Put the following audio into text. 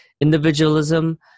Individualism